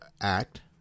Act